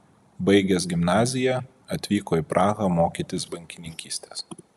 baigęs gimnaziją atvyko į prahą mokytis bankininkystės